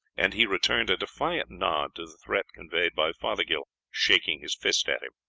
and he returned a defiant nod to the threat conveyed by fothergill shaking his fist at him.